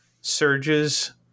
surges